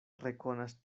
rekonas